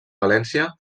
valència